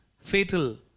fatal